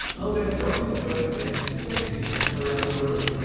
hellbent dropped his coat and danced sexy around the room.